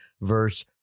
verse